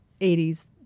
80s